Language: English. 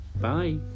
Bye